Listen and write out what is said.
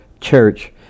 church